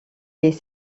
les